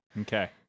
Okay